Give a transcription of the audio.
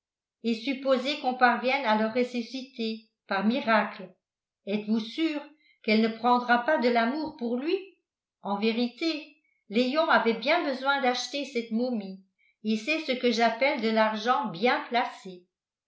et supposé qu'on parvienne à le ressusciter par miracle êtes-vous sûrs qu'elle ne prendra pas de l'amour pour lui en vérité léon avait bien besoin d'acheter cette momie et c'est ce que j'appelle de l'argent bien placé